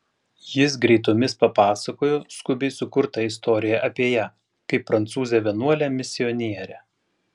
jis greitomis papasakojo skubiai sukurtą istoriją apie ją kaip prancūzę vienuolę misionierę